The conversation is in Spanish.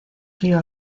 río